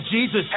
Jesus